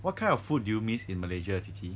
what kind of food do you missed in malaysia qi qi